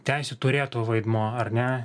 teisių turėtojo vaidmuo ar ne